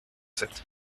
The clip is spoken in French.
sept